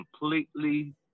completely –